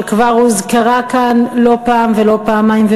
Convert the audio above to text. שכבר הוזכרה כאן לא פעם ולא פעמיים,